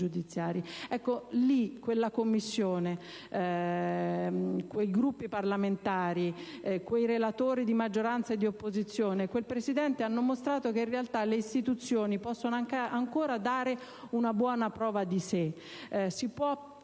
giudiziari. Ebbene, in quella Commissione, i Gruppi parlamentari, i relatori di maggioranza e di opposizione, il Presidente hanno mostrato che le istituzioni possono ancora dare una buona prova di sé. Si può